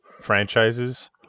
franchises